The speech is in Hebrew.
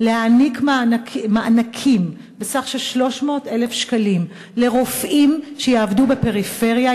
להעניק מענקים בסך 300,000 שקלים לרופאים שיעבדו בפריפריה,